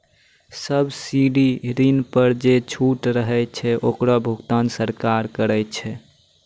subsidy ऋण पर जे छूट रहै छै ओकरो भुगतान सरकार करै छै